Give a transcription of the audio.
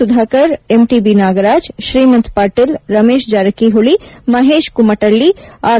Sudhakar MTB Nagaraj Shrimant Patil Ramesh Jarkiholi Mahesh Kumatalli R